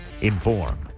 inform